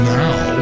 now